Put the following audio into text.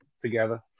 together